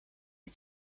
une